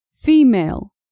Female